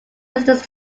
residents